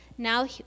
Now